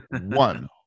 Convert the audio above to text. one